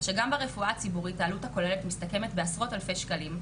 כשגם ברפואה הציבורית העלות הכוללת מסתכמת בעשרות אלפי שקלים,